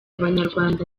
abanyarwanda